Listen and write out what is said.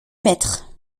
mettre